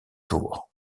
tour